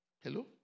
Hello